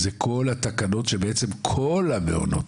זה כל התקנות שבעצם כל המעונות,